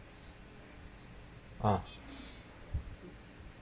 uh